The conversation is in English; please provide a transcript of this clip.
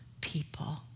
people